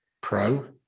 Pro